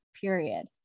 period